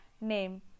name